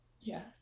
Yes